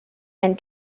and